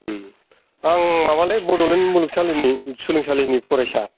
आं माबालै बड'लेण्ड मुलुगसालिनि सोलोंसालिनि फरायसा